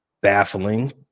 baffling